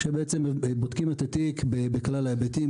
כשבעצם בודקים את התיק בכלל ההיבטים,